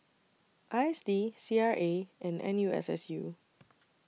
I S D C R A and N U S S U